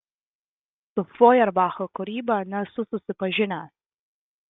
su fojerbacho kūryba nesu susipažinęs